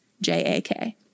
J-A-K